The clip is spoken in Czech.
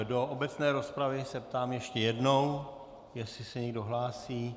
Do obecné rozpravy se ptám ještě jednou, jestli se někdo hlásí.